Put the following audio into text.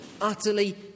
utterly